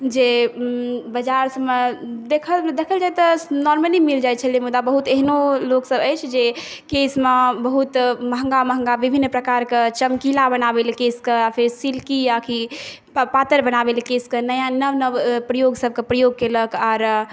जे बाजारमे देखल जाय तऽ नॉर्मली मिल जाय छलै मुदा बहुत एहनो लोकसभ अछि जे केशमे बहुत महँगा महँगा विभिन्न प्रकारकें चमकीला बनाबै लेल केशक आ फेर सिल्की आकि पातर बनाबऽ लेल केशक नया नव नव प्रयोग सभक प्रयोग केलक आर